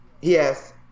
Yes